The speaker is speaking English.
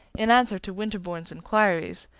in answer to winterbourne's inquiries,